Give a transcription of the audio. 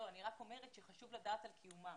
אני רק אומרת שחשוב לדעת על קיומם.